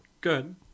good